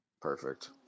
Perfect